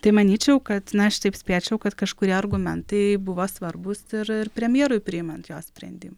tai manyčiau kad na šitaip spėčiau kad kažkurie argumentai buvo svarbūs ir ir premjerui priimant nuosprendį